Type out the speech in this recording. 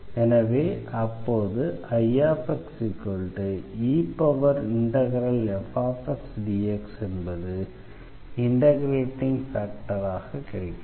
எனவே அப்போது Ixefxdx என்பது இண்டெக்ரேட்டிங் ஃபேக்டராக கிடைக்கிறது